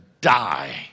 die